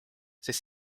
sest